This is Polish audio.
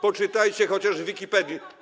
Poczytajcie chociaż w Wikipedii.